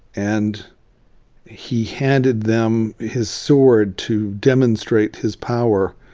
and he handed them his sword to demonstrate his power,